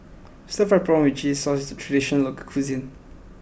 Stir Fried Prawn With Chili Sauce is a traditional local cuisine